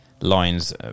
lines